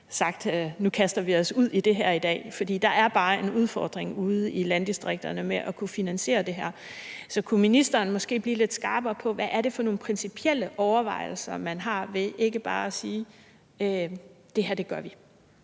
sagt: Nu kaster vi os ud i det her i dag. For der er en udfordring ude i landdistrikterne med at kunne finansiere det. Så kunne ministeren blive lidt skarpere på, hvad det er for nogle principielle overvejelser, man har ved ikke bare at sige: Det her gør vi?